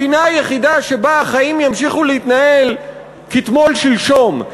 הפינה היחידה שבה החיים ימשיכו להתנהל כתמול שלשום,